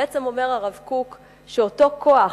בעצם אומר הרב קוק שאותו כוח